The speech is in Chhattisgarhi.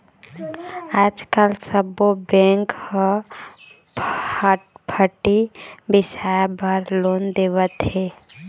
आजकाल सब्बो बेंक ह फटफटी बिसाए बर लोन देवत हे